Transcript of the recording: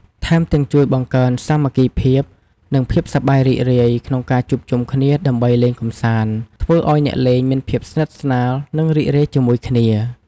ថែមទាំង ជួយបង្កើនសាមគ្គីភាព និងភាពសប្បាយរីករាយ ក្នុងការជួបជុំគ្នាដើម្បីលេងកម្សាន្ត ធ្វើឱ្យអ្នកលេងមានភាពស្និទ្ធស្នាល និងរីករាយជាមួយគ្នា។